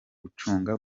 gucunga